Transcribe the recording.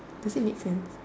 does it make sense